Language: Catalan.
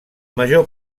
major